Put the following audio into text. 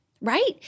right